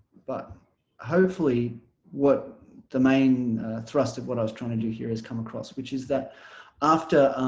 but hopefully what the main thrust of what i was trying to do here is come across which is that after